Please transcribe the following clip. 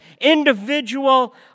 individual